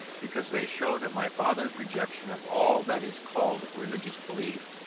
because they show that my father's rejection of all that is called religious belief,